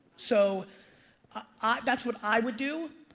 so ah that's what i would do.